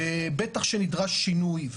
ובטח שנדרש שינוי.